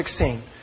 16